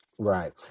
Right